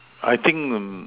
I think